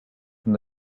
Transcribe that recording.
from